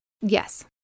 Yes